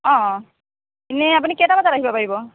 অঁ এনেই আপুনি কেইটা বজাত আহিব পাৰিব